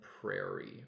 Prairie